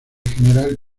general